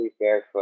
barefoot